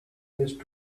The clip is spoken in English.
least